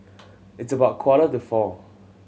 its about quarter to four